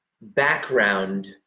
background